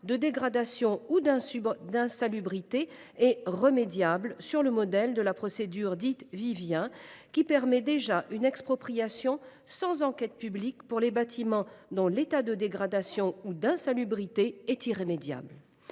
de dégradation ou d’insalubrité est remédiable, sur le modèle de la procédure Vivien, qui permet déjà une expropriation sans enquête publique pour les bâtiments dont l’état de dégradation ou d’insalubrité est irrémédiable.